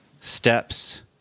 steps